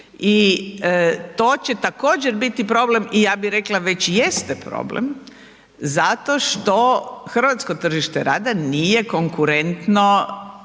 i to će također, biti problem i ja bih rekla, već jeste problem zato što hrvatsko tržište rada nije konkurentno